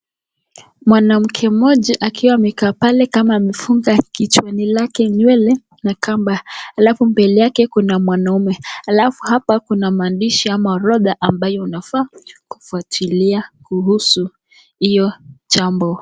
Mwanamke mmoja akiwa amekaa pale kama amefunga kichwani lake nywele na kamba, alafu mbele yake kuna mwanamume. Alafu hapa kuna maandishi ama orodha ambayo unafaa kufuatilia kuhusu hiyo jambo.